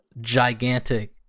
gigantic